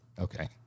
Okay